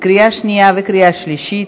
לקריאה שנייה ולקריאה שלישית.